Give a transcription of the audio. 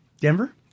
Denver